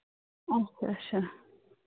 اَچھا اَچھا